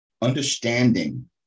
understanding